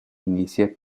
inicia